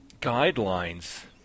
guidelines